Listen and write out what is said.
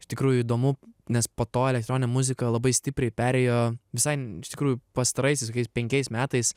iš tikrųjų įdomu nes po to elektroninė muzika labai stipriai perėjo visai iš tikrųjų pastaraisiais kokiais penkiais metais